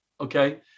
Okay